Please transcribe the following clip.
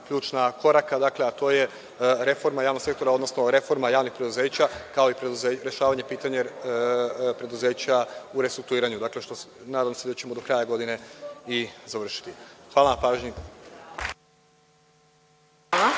ključna koraka, a to je reforma realnog sektora, odnosno reforma javnih preduzeća, kao i rešavanje pitanja preduzeća u restrukturiranju. Nadam se da ćemo do kraja godine i završiti. Hvala vam. **Maja